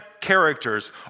characters